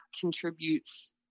contributes